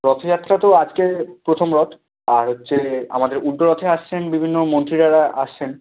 রথযাত্রা তো আজকে প্রথম রথ আর হচ্ছে আমাদের উলটো রথে আসছেন বিভিন্ন মন্ত্রীরা আসছেন